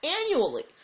annually